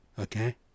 Okay